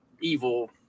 evil